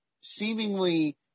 seemingly